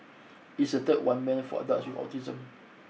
it is the third one meant for adults with autism